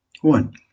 One